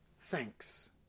thanks